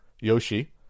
Yoshi